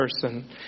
person